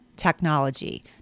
technology